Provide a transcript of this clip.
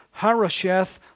Harosheth